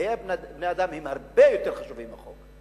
חיי בני-אדם הם הרבה יותר חשובים מחוק.